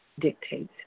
dictates